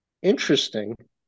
Interesting